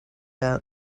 out